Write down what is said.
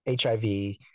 HIV